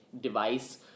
device